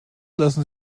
lassen